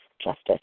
justice